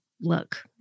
look